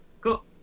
Cool